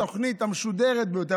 התוכנית המשודרת ביותר,